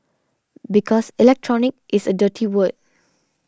because electronic is a dirty word